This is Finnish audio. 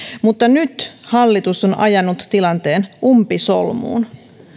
mutta nyt hallitus on ajanut tilanteen umpisolmuun